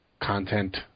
content –